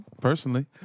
personally